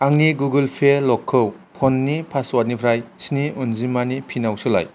आंनि गुगोल पे ल'कखौ फ'ननि पासवार्डनिफ्राय स्नि अनजिमानि पिनाव सोलाय